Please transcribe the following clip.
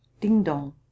ding-dong